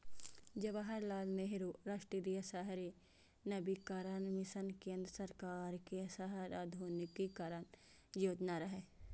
जवाहरलाल नेहरू राष्ट्रीय शहरी नवीकरण मिशन केंद्र सरकार के शहर आधुनिकीकरण योजना रहै